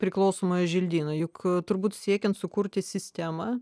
priklausomąjį želdyną juk turbūt siekiant sukurti sistemą